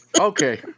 Okay